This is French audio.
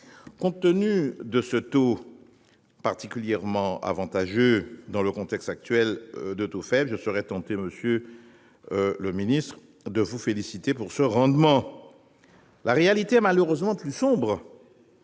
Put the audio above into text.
Compte tenu de ce taux, particulièrement avantageux dans le contexte actuel de taux faibles, je serais tenté de féliciter le Gouvernement pour ce rendement. La réalité est malheureusement plus sombre